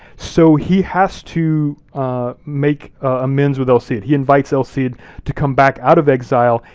so he has to make amends with el cid. he invites el cid to come back out of exile,